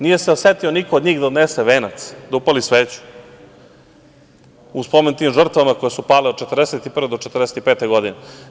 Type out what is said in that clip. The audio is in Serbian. Nije se setio niko od njih da odnese venac, da upali sveću u pomen tim žrtvama koje su pale od 1941. do 1945. godine.